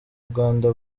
uganda